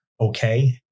okay